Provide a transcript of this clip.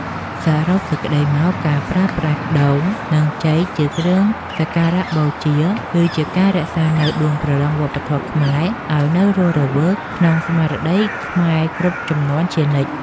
សរុបសេចក្តីមក ការប្រើប្រាស់ដូង និងចេកជាគ្រឿងសក្ការបូជា គឺជាការរក្សានូវដួងព្រលឹងវប្បធម៌ខ្មែរឱ្យនៅរស់រវើកក្នុងស្មារតីកូនខ្មែរគ្រប់ជំនាន់ជានិច្ច។